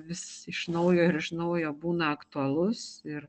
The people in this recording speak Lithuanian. vis iš naujo ir iš naujo būna aktualus ir